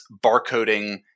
barcoding